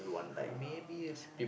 maybe